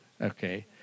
Okay